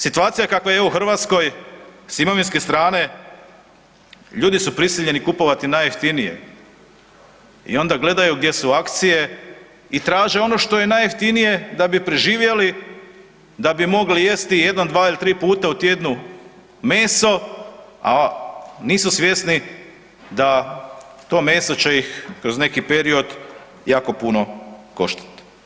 Situacija kakva je u Hrvatskoj s imovinske strane ljudi su prisiljeni kupovati najjeftinije i onda gledaju gdje su akcije i traže ono što je najjeftinije da bi preživjeli, da bi mogli jesti 1, 2 ili 3 puta u tjednu meso, a nisu svjesni da to meso će ih kroz neki period jako puno koštati.